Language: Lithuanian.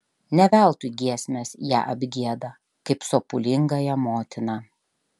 ne veltui giesmės ją apgieda kaip sopulingąją motiną